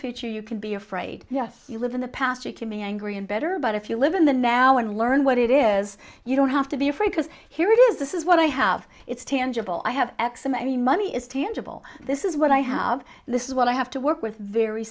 future you can be afraid yes you live in the past you can be angry and better but if you live in the now and learn what it is you don't have to be afraid because here it is this is what i have it's tangible i have eczema i mean money is tangible this is what i have this is what i have to work with very